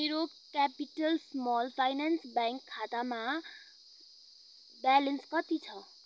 मेरो capital small finance bank खातामा balance कति छ